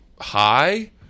high